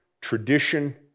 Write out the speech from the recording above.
tradition